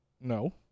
No